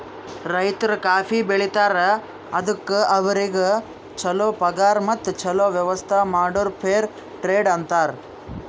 ರೈತರು ಕಾಫಿ ಬೆಳಿತಾರ್ ಅದುಕ್ ಅವ್ರಿಗ ಛಲೋ ಪಗಾರ್ ಮತ್ತ ಛಲೋ ವ್ಯವಸ್ಥ ಮಾಡುರ್ ಫೇರ್ ಟ್ರೇಡ್ ಅಂತಾರ್